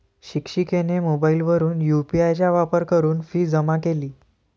शिक्षिकेने मोबाईलवरून यू.पी.आय चा वापर करून फी जमा केली